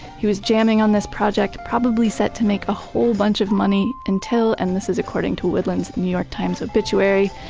he was jamming on this project probably set to make a whole bunch of money until, and this is according to woodland's new york times obituary,